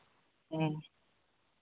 ᱦᱮᱸ